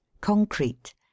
concrete